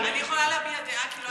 אני יכולה להביע דעה, כי לא היה פה שר.